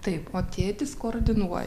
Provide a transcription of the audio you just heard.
taip o tėtis koordinuo